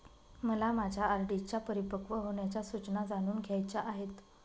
मला माझ्या आर.डी च्या परिपक्व होण्याच्या सूचना जाणून घ्यायच्या आहेत